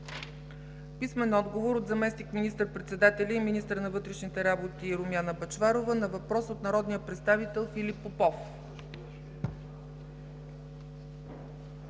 Писмен отговор от: - заместник министър-председателя и министър на вътрешните работи Румяна Бъчварова на въпрос от народния представител Филип Попов;